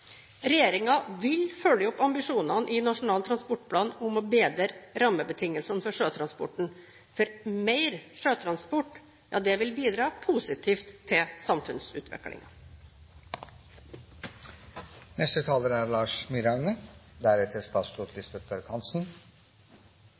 vil følge opp ambisjonene i Nasjonal transportplan om å bedre rammebetingelsene for sjøtransporten. For mer sjøtransport vil bidra positivt til